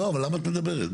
לא, אבל למה את מדברת באמצע?